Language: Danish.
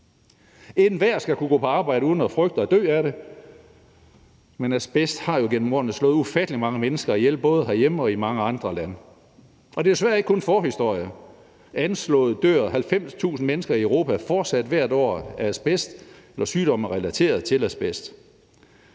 Enhver skal kunne gå på arbejde uden at frygte at dø af det, men asbest har jo igennem årene slået ufattelig mange mennesker ihjel, både herhjemme og i mange andre lande. Og det er desværre ikke kun forhistorie. Anslået dør 90.000 mennesker i Europa fortsat hvert år af asbest eller sygdomme relateret til asbest.